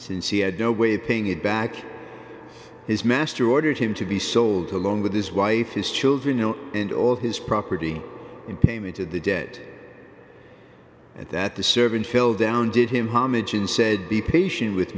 since he had no way of paying it back his master ordered him to be sold along with his wife his children and all his property in payment to the debt at that the servant fell down did him homage and said be patient with